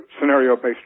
scenario-based